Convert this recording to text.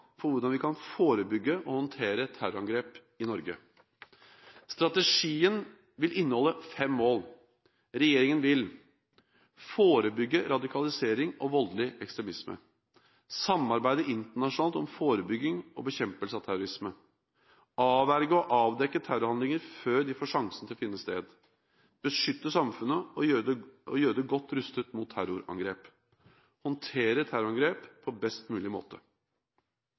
hvordan vi kan forebygge og håndtere terrorangrep i Norge. Strategien vil inneholde fem mål. Regjeringen vil: forebygge radikalisering og voldelig ekstremisme samarbeide internasjonalt om forebygging og bekjempelse av terrorisme avverge og avdekke terrorhandlinger før de får sjansen til å finne sted beskytte samfunnet og gjøre det godt rustet mot terrorangrep håndtere terrorangrep på best mulig måte